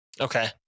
Okay